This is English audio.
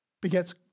begets